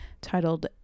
titled